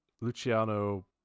Luciano